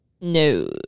No